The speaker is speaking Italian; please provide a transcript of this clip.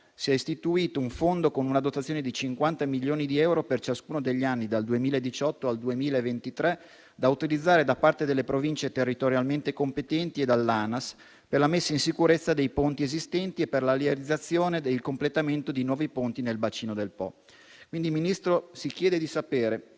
si è istituito un fondo con una dotazione di 50 milioni di euro per ciascuno degli anni dal 2018 al 2023, da utilizzare, da parte delle Province territorialmente competenti e dall'ANAS, per la messa in sicurezza dei ponti esistenti e per la realizzazione e il completamento di nuovi ponti nel bacino del Po. Signor Ministro, si chiede di sapere